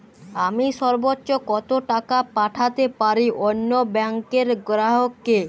আমি সর্বোচ্চ কতো টাকা পাঠাতে পারি অন্য ব্যাংকের গ্রাহক কে?